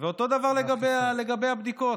ואותו הדבר לגבי הבדיקות.